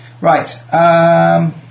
Right